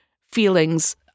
feelings